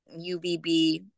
UVB